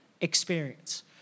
Experience